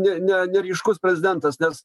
ne ne neryškus prezidentas nes